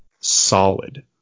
solid